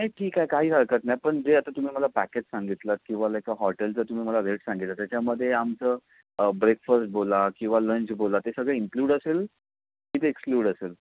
नाही ठीक आहे काही हरकत नाही पण जे आता तुम्ही मला पॅकेज सांगितलं आहेत किवा लाईक हॉटेलचं तुम्ही मला रेट सांगितलं आहेत त्याच्यामध्ये आमचं ब्रेकफस्ट बोला किंवा लंच बोला ते सगळं इन्क्लूड असेल की ते एक्सक्लूड असेल